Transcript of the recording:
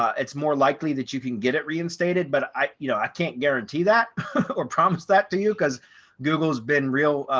it's more likely that you can get it reinstated. but i you know, i can't guarantee that we're promised that to you. because google's been real,